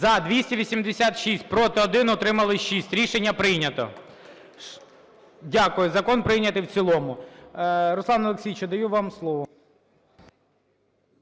За-286 Проти – 1, утримались – 6. Рішення прийнято. Дякую. Закон прийнятий в цілому. Руслане Олексійовичу, даю вам слово.